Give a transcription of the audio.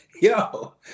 Yo